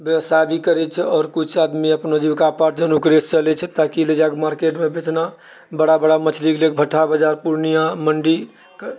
व्यवसाय भी करै छै आओर किछु आदमी अपना जीविकापार्जन ओकरेसँ चलै छै ताकि लऽ जाकऽ मार्केटमे बेचना बड़ा बड़ा मछलीके लए कऽ भट्टा बजार पूर्णियाँ मण्डी